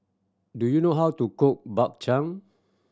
do you know how to cook Bak Chang